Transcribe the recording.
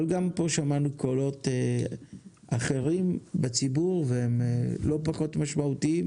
אבל גם פה שמענו קולות אחרים בציבור והם לא פחות משמעותיים,